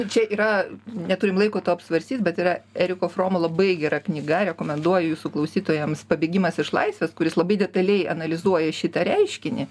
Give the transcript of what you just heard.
čia yra neturim laiko to apsvarstyt bet yra eriko fromo labai gera knyga rekomenduoju jūsų klausytojams pabėgimas iš laisvės kuris labai detaliai analizuoja šitą reiškinį